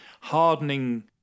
hardening